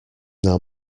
now